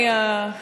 זה לא ייאמן.